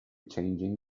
changing